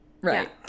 Right